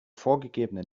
vorgegebenen